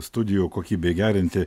studijų kokybei gerinti